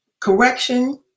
correction